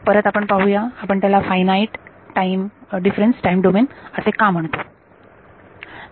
परत आपण पाहूया आपण त्याला फायनाईट डिफरन्स टाइम डोमेन असे का म्हणतो